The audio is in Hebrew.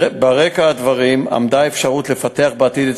ברקע הדברים עמדה האפשרות לפתח בעתיד את